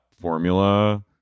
formula